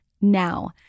Now